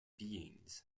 beings